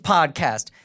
Podcast